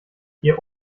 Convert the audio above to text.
ihr